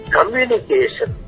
Communication